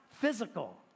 physical